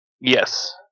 Yes